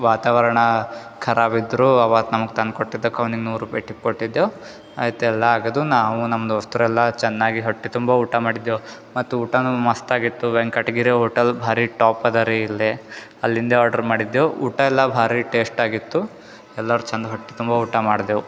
ವಾತಾವರಣ ಖರಾಬ್ ಇದ್ರು ಅವತ್ತು ನಮ್ಗೆ ತಂದ್ಕೊಟ್ಟಿದ್ದಕ್ಕೆ ಅವ್ನಿಗೆ ನೂರೂಪಾಯ್ ಟಿಪ್ ಕೊಟ್ಟಿದ್ದೆವು ಆಯ್ತೆಲ್ಲಾ ಆಗ್ದು ನಾವು ನಮ್ಮ ದೋಸ್ತರೆಲ್ಲ ಚೆನ್ನಾಗಿ ಹೊಟ್ಟೆ ತುಂಬ ಊಟ ಮಾಡಿದ್ದೆವು ಮತ್ತು ಊಟ ಮಸ್ತಾಗಿತ್ತು ವೆಂಕಟ್ಗಿರಿ ಹೋಟಲ್ ಭಾರಿ ಟಾಪ್ ಅದ ರೀ ಇಲ್ಲೆ ಅಲ್ಲಿಂದ ಆಡ್ರ್ ಮಾಡಿದ್ದೆವು ಊಟೆಲ್ಲ ಭಾರಿ ಟೇಸ್ಟಾಗಿತ್ತು ಎಲ್ಲಾರು ಚಂದ ಹೊಟ್ಟೆ ತುಂಬ ಊಟ ಮಾಡಿದೆವು